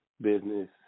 business